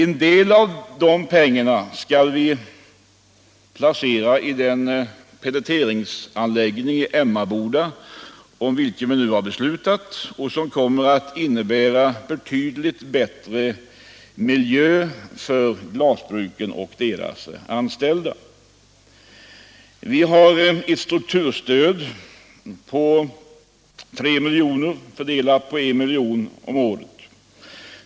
En del av de pengarna skall vi placera i en pelleteringsanläggning i Emmaboda, om vilken vi nu beslutat, och det kommer att innebära betydligt bättre miljöförhållanden för bruken och de där anställda. Vi får ett strukturstöd på 3 miljoner, fördelade med 1 miljon om året.